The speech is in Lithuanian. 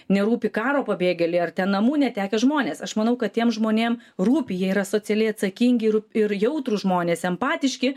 nerūpi karo pabėgėliai ar ten namų netekę žmonės aš manau kad tiem žmonėm rūpi jie yra socialiai atsakingi ir ir jautrūs žmonės empatiški